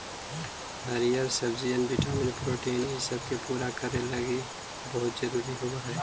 हरीअर सब्जियन vitamin protein ईसब के पूरा करे लागी बहुत जरूरी होब हई